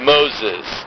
Moses